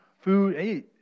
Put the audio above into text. food